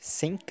sem